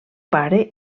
pare